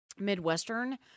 midwestern